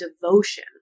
devotion